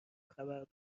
خبر